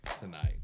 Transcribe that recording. tonight